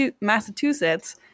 Massachusetts